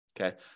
Okay